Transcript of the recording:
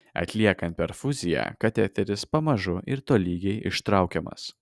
atliekant perfuziją kateteris pamažu ir tolygiai ištraukiamas